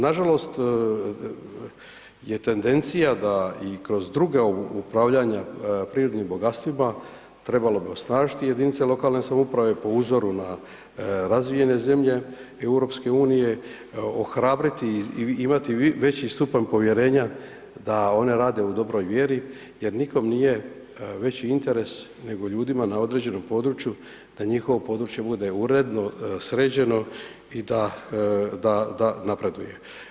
Nažalost je tendencija da i kroz druga upravljanja prirodnim bogatstvima trebalo bi osnažiti lokalne samouprave po uzoru na razvijene zemlje EU, ohrabriti i imati veći stupanj povjerenja da one rade u dobroj mjeri jer nikome nije veći interes nego ljudima na određenom području da njihovo područje bude uredno, sređeno i da napreduje.